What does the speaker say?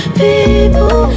people